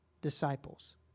Disciples